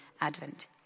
Advent